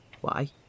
Why